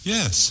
Yes